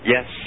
Yes